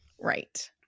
Right